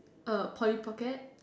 a Polly pocket